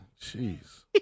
Jeez